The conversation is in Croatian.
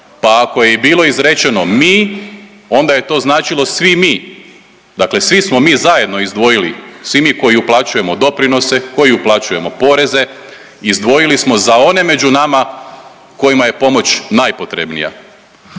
pa ako je i bilo izrečemo „mi“ onda je to značilo svi mi, dakle svi smo mi zajedno izdvojili, svi mi koji uplaćujemo doprinose, koji uplaćujemo poreze izdvojili smo za one među nama kojima je pomoć najpotrebnija.